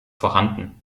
vorhanden